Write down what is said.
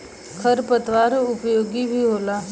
खर पतवार उपयोगी भी होला